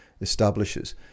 establishes